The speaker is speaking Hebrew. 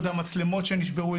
מצלמות שנשברו,